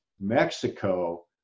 Mexico